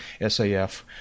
saf